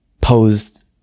posed